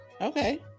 okay